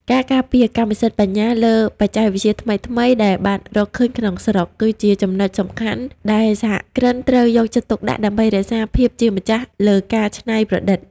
ការការពារ "កម្មសិទ្ធិបញ្ញា" លើបច្ចេកវិទ្យាថ្មីៗដែលបានរកឃើញក្នុងស្រុក គឺជាចំណុចសំខាន់ដែលសហគ្រិនត្រូវយកចិត្តទុកដាក់ដើម្បីរក្សាភាពជាម្ចាស់លើការច្នៃប្រឌិត។